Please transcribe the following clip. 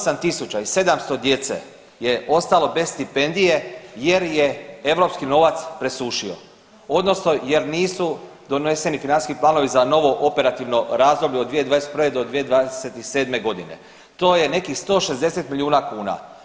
8.700 djece je ostalo bez stipendije jer je europski novac presušio odnosno jer nisu doneseni financijski planovi za novo operativno razdoblje od 2021.-2027.g. to je nekih 160 milijuna kuna.